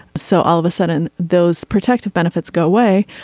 so all of a sudden those protective benefits go away.